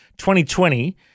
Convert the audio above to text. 2020